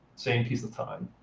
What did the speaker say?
same piece of time.